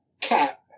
cap